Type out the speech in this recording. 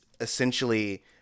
essentially